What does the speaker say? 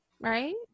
Right